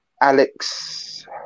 Alex